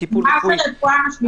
בטיפול רפואי.